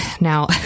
now